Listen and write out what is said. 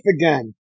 again